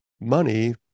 money